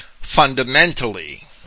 fundamentally